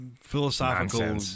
philosophical